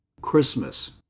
Christmas